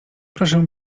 proszę